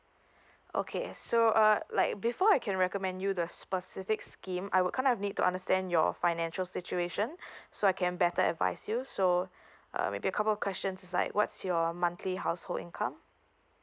okay so uh like before I can recommend you the specific scheme I will kind of need to understand your financial situation so I can better advice you so uh maybe a couple questions like what's your monthly household income